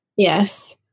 yes